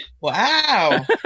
Wow